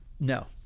No